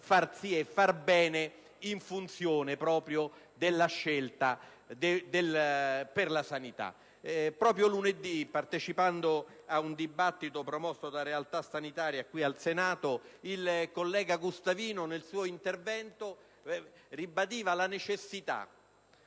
fare bene, proprio in funzione della scelta per la sanità. Lo scorso lunedì, partecipando ad un dibattito promosso da realtà sanitarie qui al Senato, il collega Gustavino nel suo intervento ribadiva la necessità